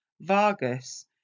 Vargas